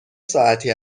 ساعتی